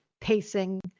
pacing